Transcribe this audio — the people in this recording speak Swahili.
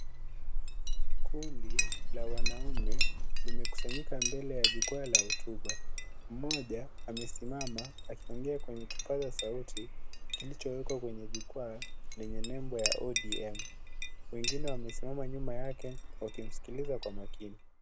Kundi la wanaume limekusanyika mbele ya jukwaa la hotuba. Mmoja amesimama akiongea kwenye kipaza sauti kilichowekwa kwenye jukwaa lenye nembo ya ODM. Wengine wamesimama nyuma yake wakimsikiliza kwa makini.